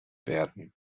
werden